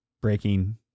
breaking